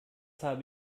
habe